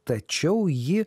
tačiau ji